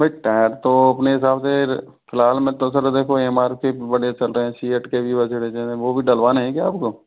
भाई टायर तो अपने हिसाब से फिलहाल में तो सर देखो एम आर पी बड़े चल रहे हैं सीएट के भी वग़ैरह चल रहे हैं वो भी डलवाने हैं क्या आप को